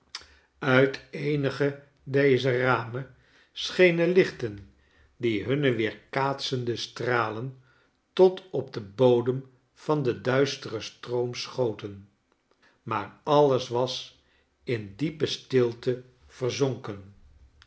uit eenige dezer ramen schenen lichten die hunne weerkaatsende stralen tot op den bodem van den duisteren stroom schoten maar alles was in diepe stilte verzonken